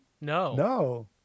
no